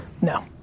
No